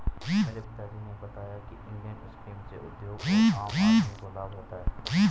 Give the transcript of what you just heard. मेरे पिता जी ने बताया की इंडियन स्कीम से उद्योग और आम आदमी को लाभ होता है